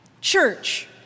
church